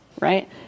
right